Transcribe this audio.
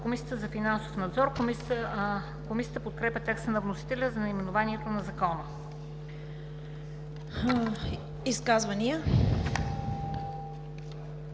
Комисията за финансов надзор“. Комисията подкрепя текста на вносителя за наименованието на Закона. ПРЕДСЕДАТЕЛ